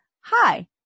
hi